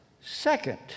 Second